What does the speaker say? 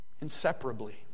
Inseparably